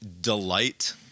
delight